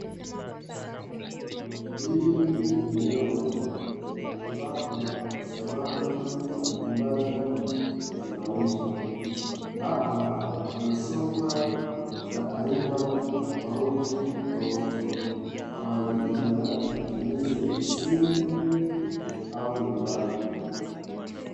Hili ni eneo ambapo samani za majumbani, zinauzwa hapa kuna sofa za aina tofautitofauti kwa ajili ya matumizi ya ofisini au nyumbani.